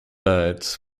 birds